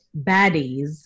baddies